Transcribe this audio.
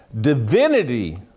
divinity